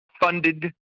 funded